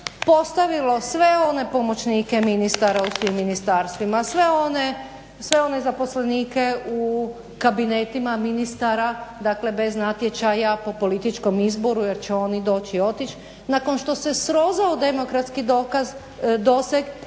postavilo sve one pomoćnike ministara u svim ministarstvima, sve one zaposlenike u kabinetima ministara, dakle bez natječaja po političkom izboru jer će oni doći i otići, nakon što se srozao demokratski doseg